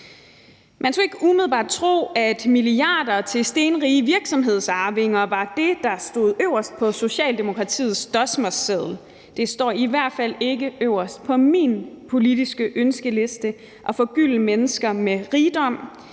Man skulle ikke umiddelbart tro, at milliarder til stenrige virksomhedsarvinger var det, der stod øverst på Socialdemokratiets dosmerseddel. Det står i hvert fald ikke øverst på min politiske ønskeliste at forgylde mennesker med rigdom.